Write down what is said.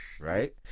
right